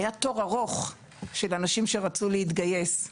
היה תור ארוך של אנשים שרצו להתגייס.